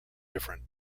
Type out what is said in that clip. different